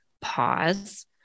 pause